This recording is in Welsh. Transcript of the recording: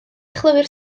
chlywir